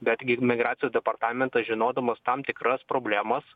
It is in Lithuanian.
betgi migracijos departamentas žinodamas tam tikras problemas